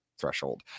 threshold